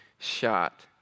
shot